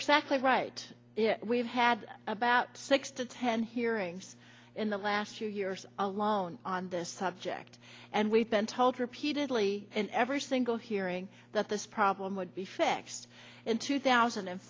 exactly right we've had about six to ten hearings in the last two years alone on this subject and we've been told repeatedly in every single hearing that this problem would be fixed in two thousand and